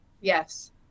Yes